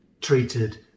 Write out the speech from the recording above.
treated